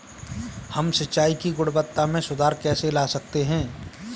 हम सिंचाई की गुणवत्ता में सुधार कैसे ला सकते हैं?